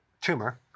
tumor